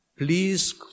Please